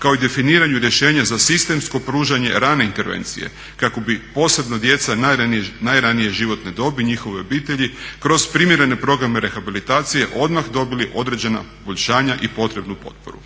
kao i definiranju rješenja za sistemsko pružanje rane intervencije kako bi posebno djeca najranije životne dobi i njihove obitelji kroz primjerene programe rehabilitacije odmah dobili određena poboljšanja i potrebnu potporu.